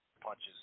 punches